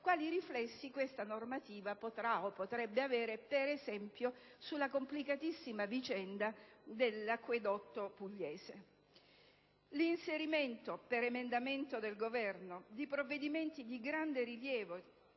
impropriamente in questo decreto-legge, potrebbe avere, per esempio, sulla complicatissima vicenda dell'acquedotto pugliese. L'inserimento, con emendamenti del Governo, di provvedimenti di grande rilievo